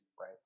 right